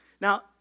Now